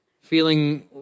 feeling